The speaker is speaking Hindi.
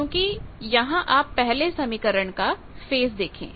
क्योंकि यहां आप पहले समीकरण का फेज देखें